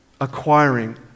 acquiring